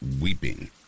weeping